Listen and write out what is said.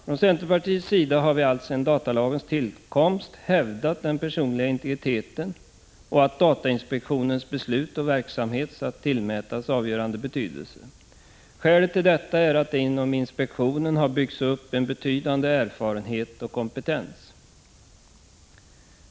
Från centerpartiets sida har vi alltsedan datalagens tillkomst hävdat den personliga integriteten och framhållit att datainspektionens beslut och verksamhet skall tillmätas avgörande betydelse. Skälet till detta är att det inom inspektionen har byggts upp en betydande erfarenhet och kompetens.